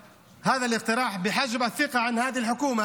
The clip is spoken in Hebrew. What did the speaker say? להלן תרגומם: היום אנחנו מגישים הצעת אי-אמון בממשלה הזאת,